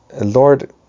Lord